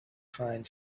find